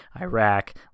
Iraq